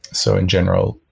so in general,